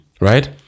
Right